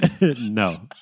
no